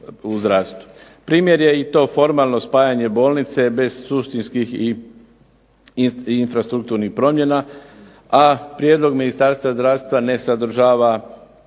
Primjer je i to formalno spajanje bolnice bez suštinskih i infrastrukturnih promjena, a prijedlog Ministarstva zdravstva ne sadržava